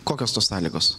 kokios tos sąlygos